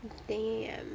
damn